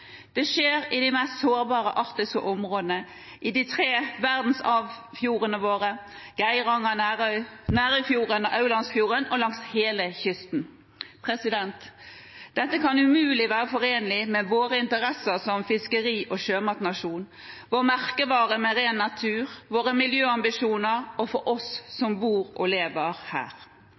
Det skjer i de mest sårbare arktiske områdene, i de tre verdensarvfjordene våre, Geirangerfjorden, Nærøyfjorden og Aurlandsfjorden, og langs hele kysten. Dette kan umulig være forenlig med våre interesser som fiskeri- og sjømatnasjon, vår merkevare ren natur og våre miljøambisjoner – eller bra for oss som bor og lever her.